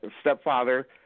Stepfather